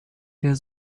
der